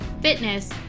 fitness